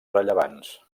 rellevants